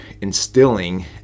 instilling